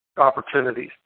opportunities